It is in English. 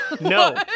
no